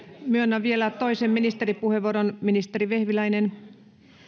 myönnän vielä toisen ministeripuheenvuoron ministeri vehviläinen